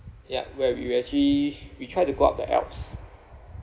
ya where we actually we try to go up the alps